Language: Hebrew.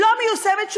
לא מיושמת,